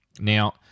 Now